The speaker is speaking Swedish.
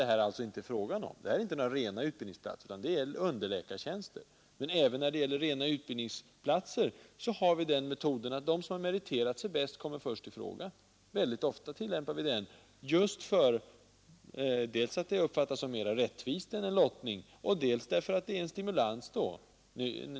Det här är inte några utbildningsplatser, utan det är underläkartjänster, men även när det gäller rena utbildningsplatser har vi den metoden att de som meriterat sig bäst kommer först i fråga. Vi tillämpar den metoden mycket ofta — dels därför att den uppfattas som mer rättvis än lottning, dels därför att det förfaringssättet är en stimulans.